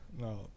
No